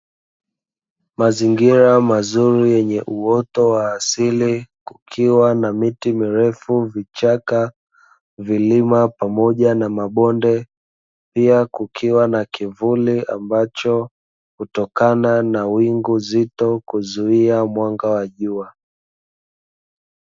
Mazingira mazuri yenye uoto wa asili, kukiwa na miti mirefu, vichaka, vilima pamoja na mabonde, pia kukiwa na kivuli ambacho hutokana na wingu zito kuzuia mwanga wa jua.